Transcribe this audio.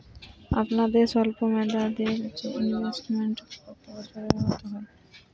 আপনাদের স্বল্পমেয়াদে ইনভেস্টমেন্ট কতো বছরের হয়?